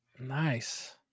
Nice